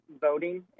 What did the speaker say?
voting